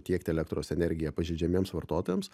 tiekti elektros energiją pažeidžiamiems vartotojams